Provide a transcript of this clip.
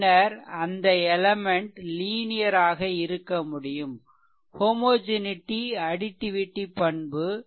பின்னர் அந்த element linear ஆக இருக்க முடியும் ஹோமோஜெனிடி அடிடிவிடி பண்பு additivity property